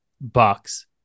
Bucks